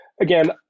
again